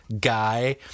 guy